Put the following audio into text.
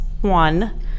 one